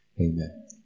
Amen